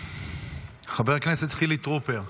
חבר הכנסת חילי טרופר,